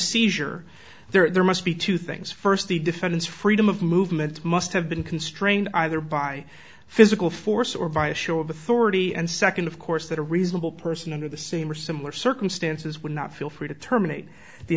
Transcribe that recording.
seizure there must be two things first the defendant's freedom of movement must have been constrained either by physical force or via show of authority and second of course that a reasonable person under the same or similar circumstances would not feel free to terminate the